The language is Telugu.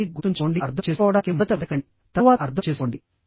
కాబట్టి గుర్తుంచుకోండిః అర్థం చేసుకోవడానికి మొదట వెతకండి తరువాత అర్థం చేసుకోండి